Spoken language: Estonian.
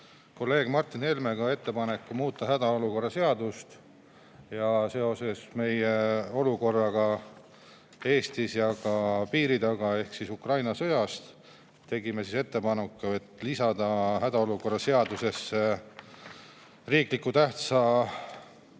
kolleeg Martin Helmega ettepaneku muuta hädaolukorra seadust. Seoses olukorraga Eestis ja ka piiri taga ehk Ukraina sõja tõttu tegime ettepaneku lisada hädaolukorra seadusesse riikliku elutähtsa